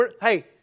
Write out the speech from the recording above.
hey